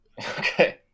Okay